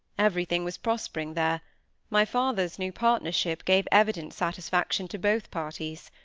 everything was prospering there my father's new partnership gave evident satisfaction to both parties.